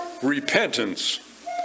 Repentance